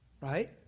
Right